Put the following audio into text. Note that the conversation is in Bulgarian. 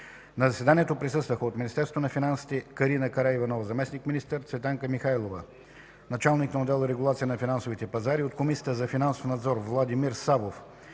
На заседанието присъстваха: от Министерство на финансите – Карина Караиванова – заместник-министър, Цветанка Михайлова – началник на отдел „Регулация на финансовите пазари”; от Комисията за финансов надзор – Владимир Савов,